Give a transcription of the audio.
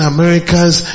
Americas